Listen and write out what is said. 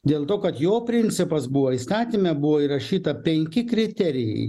dėl to kad jo principas buvo įstatyme buvo įrašyta penki kriterijai